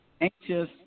anxious